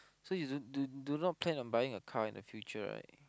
so you do do do not plan on buying a car in the future right